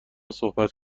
صحبت